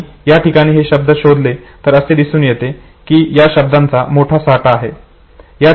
आणि या ठिकाणी हे शब्द शोधले तर असे दिसून येईल की येथे या शब्दांचा मोठा साठा आहे